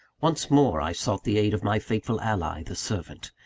once more i sought the aid of my faithful ally, the servant.